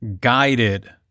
guided